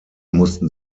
mussten